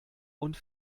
und